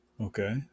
Okay